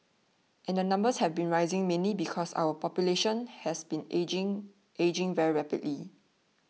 and the numbers have been rising mainly because our population has been ageing ageing very rapidly